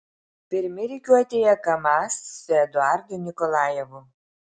pirmi rikiuotėje kamaz su eduardu nikolajevu